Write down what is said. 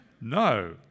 No